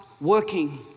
working